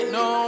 no